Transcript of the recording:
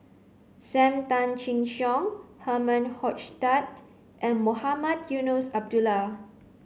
Sam Tan Chin Siong Herman Hochstadt and Mohamed Eunos Abdullah